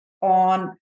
on